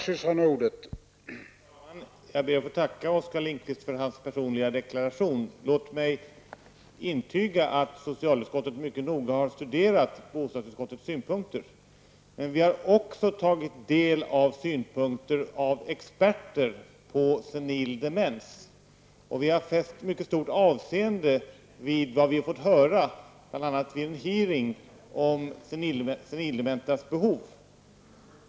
Herr talman! Jag ber att få tacka Oskar Lindkvist för hans personliga deklaration. Låt mig intyga att socialutskottet mycket noga har studerat bostadsutskottets synpunkter. Men vi har också tagit del av synpunkter från experter på senildemens. Vi har fäst mycket stor avseende vid vad vi har fått höra, bl.a. vid en hearing, om senildementas behov.